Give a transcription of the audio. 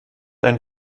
einen